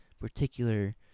particular